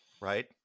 right